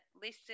listen